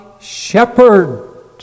shepherd